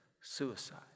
suicide